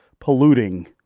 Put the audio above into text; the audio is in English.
polluting